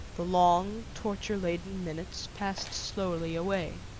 the long torture-laden minutes passed slowly away.